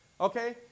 okay